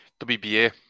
WBA